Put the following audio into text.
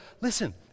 listen